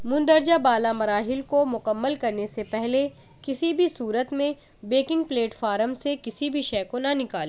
مندرجہ بالا مراحل کو مکمل کرنے سے پہلے کسی بھی صورت میں بیکنگ پلیٹ فارم سے کسی بھی شے کو نہ نکالیں